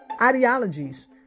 ideologies